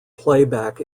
playback